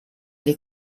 dei